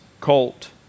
colt